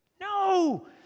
No